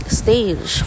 stage